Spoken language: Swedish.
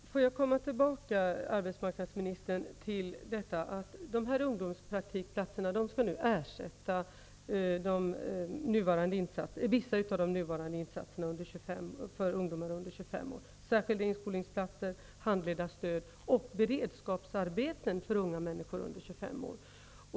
Fru talman! Låt mig komma tillbaka, arbetsmarknadsministern, till att dessa ungdomspraktikplatser nu skall ersätta vissa av de nuvarande insatserna för ungdomar under 25 år särskilda inskolningsplatser, handledarstöd och beredskapsarbeten för unga människor under 25 år.